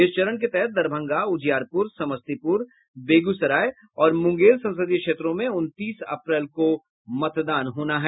इस चरण के तहत दरभंगा उजियारपुर समस्तीपुर बेगूसराय और मुंगेर संसदीय क्षेत्रों में उनतीस अप्रैल को मतदान होना है